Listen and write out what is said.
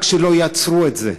רק שלא יעצרו את זה.